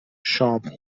شام